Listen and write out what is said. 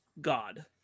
god